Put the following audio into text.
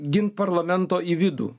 gint parlamento į vidų